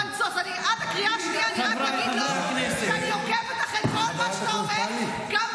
לא רק פה, אני עוקבת אחרי כל הראיונות שלך בערבית.